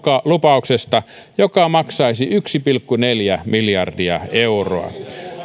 lupauksesta joka maksaisi yksi pilkku neljä miljardia euroa